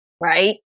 right